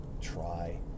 try